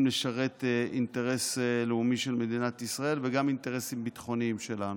לשרת אינטרס לאומי של מדינת ישראל וגם אינטרסים ביטחוניים שלנו.